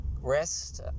rest